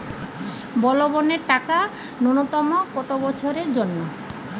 বলবনের টাকা ন্যূনতম কত বছরের জন্য?